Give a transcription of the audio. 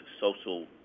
social